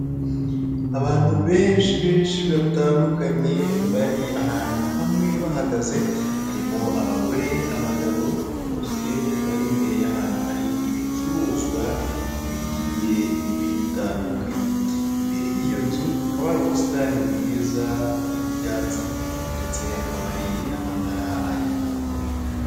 Abantu benshi benshi batandukanye bari ahantu hamwe bahagaze harimo: abagore, abagabo bose bari imbere y'ahantu hari ibicuruzwa bigiye bitandukanye. Imbere y'iyo nzu hakaba hari ubusitani bwiza bw'ibyatsi ndetse hakaba n'amatara ari kuhamurika.